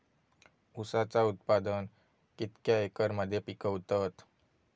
ऊसाचा उत्पादन कितक्या एकर मध्ये पिकवतत?